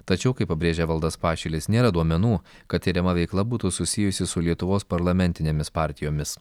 tačiau kaip pabrėžia evaldas pašilis nėra duomenų kad tiriama veikla būtų susijusi su lietuvos parlamentinėmis partijomis